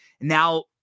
now